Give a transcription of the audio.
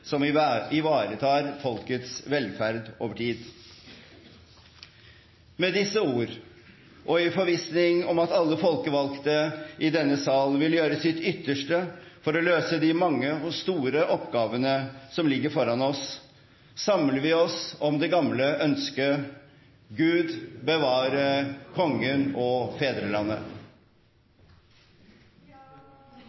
som ivaretar folkets velferd over tid. Med disse ord, og i forvissning om at alle folkevalgte i denne sal vil gjøre sitt ytterste for å løse de mange og store oppgavene som ligger foran oss, samler vi oss om det gamle ønsket: Gud bevare Kongen og fedrelandet!